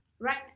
Right